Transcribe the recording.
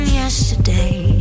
yesterday